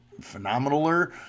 phenomenaler